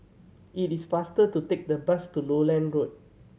it is faster to take the bus to Lowland Road